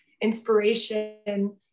inspiration